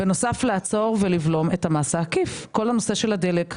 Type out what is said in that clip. בנוסף לעצור ולבלום את המס העקיף כל הנושא של הדלק,